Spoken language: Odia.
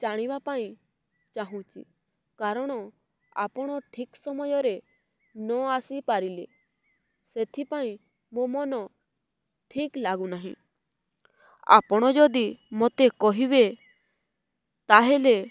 ଜାଣିବା ପାଇଁ ଚାହୁଁଛି କାରଣ ଆପଣ ଠିକ୍ ସମୟରେ ନ ଆସିପାରିଲେ ସେଥିପାଇଁ ମୋ ମନ ଠିକ୍ ଲାଗୁ ନାହିଁ ଆପଣ ଯଦି ମୋତେ କହିବେ ତାହେଲେ